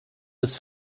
des